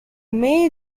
may